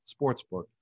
sportsbook